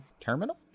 terminal